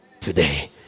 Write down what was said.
today